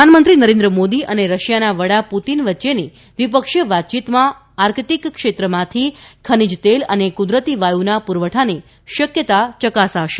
પ્રધાનમંંત્રી નરેન્દ્ર મોદી અને રશિયાના વડા પુતીન વચ્ચેની દ્વીપક્ષીય વાતચીતમાં આર્કટીક ક્ષેત્રમાંથી ખનીજ તેલ અને કુદરતી વાયુના પુરવઠાની શક્યતા યકાસાશે